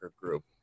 group